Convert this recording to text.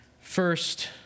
First